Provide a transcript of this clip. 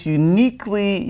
uniquely